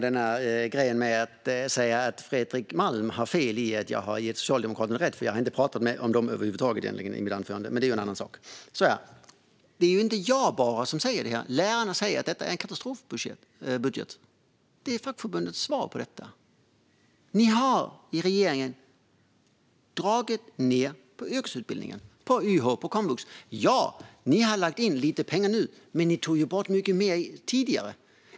Herr talman! Fredrik Malm har fel i att jag har gett Socialdemokraterna rätt. Jag pratade inte om dem över huvud taget i mitt anförande, men det är en annan sak. Det är inte bara jag; lärarna säger att detta är en katastrofbudget. Det är fackförbundens svar. Regeringen har dragit ned på yrkesutbildningen, på YH och på komvux. Ni har lagt in lite pengar nu. Men ni tog ju bort mycket mer tidigare.